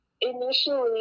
initially